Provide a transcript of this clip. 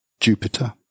Jupiter